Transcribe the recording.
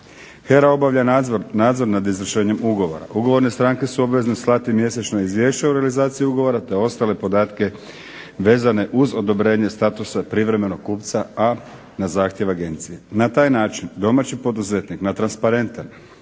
HERA obavlja nadzor nad izvršenjem ugovora, ugovorne stranke su obvezne slati mjesečna izvješća o realizaciji ugovora te ostale podatke vezane uz odobrenje statusa privremenog kupca a na zahtjev agencije. Na taj način, domaći poduzetnik na transparentan